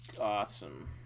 Awesome